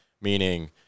Meaning